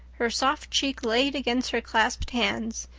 her soft cheek laid against her clasped hands,